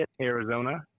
Arizona